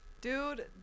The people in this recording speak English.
Dude